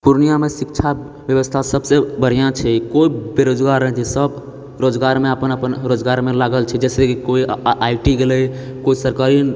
पूर्णियामे शिक्षा व्यवस्था सभसँ बढ़िआँ छै कोइ बेरोजगार नहि छै सभ रोजगारमे अपन अपन रोजगारमे लागल छै जहिसँ कि कोइ आ आइ टी गेलै कोइ सरकारी